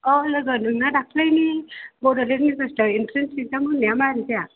औ लोगो नोंना दाख्लिनि बड'लेण्ड युनिबारसिटियाव एन्ट्रेन्स एग्जाम होनाया मारै जाया